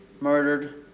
murdered